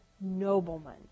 noblemen